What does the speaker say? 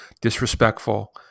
disrespectful